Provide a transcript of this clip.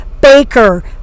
Baker